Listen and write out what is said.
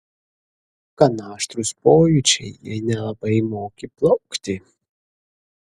gan aštrūs pojūčiai jei nelabai moki plaukti